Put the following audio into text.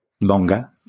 longer